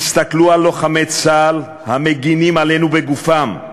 תסתכלו על לוחמי צה"ל המגינים עלינו בגופם,